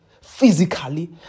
physically